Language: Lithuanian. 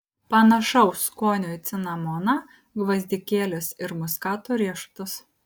panašaus skonio į cinamoną gvazdikėlius ir muskato riešutus